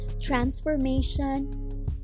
transformation